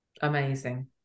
amazing